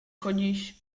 chodíš